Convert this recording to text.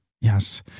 Yes